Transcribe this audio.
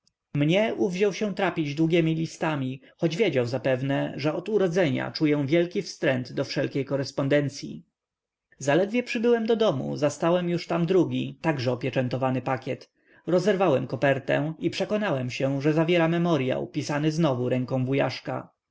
mnie uwziął się trapić długiemi listami choć wiedział zapewne że od urodzenia czuję wielki wstręt do wszelkiej korespondencyi zaledwie przybyłem do domu zastałem już tam drugi także opieczętowany pakiet rozerwałem kopertę i przekonałem się że zawiera memoryał pisany znowu ręką